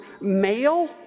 male